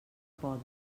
poden